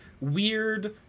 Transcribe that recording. weird